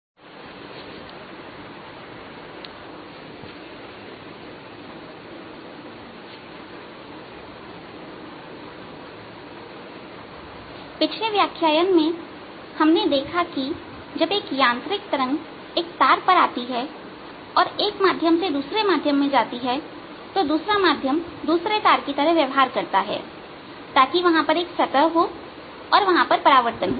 विद्युत चुंबकीय तरंगो का कुचालक सतह से परावर्तन पिछले व्याख्यान में हमने देखा कि जब एक यांत्रिक तरंग एक तार पर आती और एक माध्यम से दूसरे माध्यम में जाती है तो दूसरा माध्यम दूसरे तार की तरह व्यवहार करता है ताकि वहां एक सतह हो वहां परावर्तन हो